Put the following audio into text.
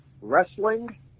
Wrestling